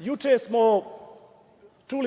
temi. Juče smo